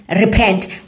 repent